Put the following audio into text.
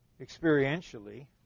Experientially